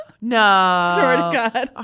no